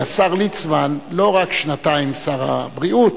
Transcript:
השר ליצמן לא רק שנתיים שר הבריאות